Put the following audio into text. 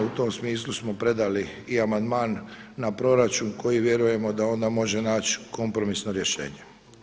U tom smislu smo predali i amandman na proračun koji vjerujemo da onda može naći kompromisno rješenje.